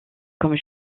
comme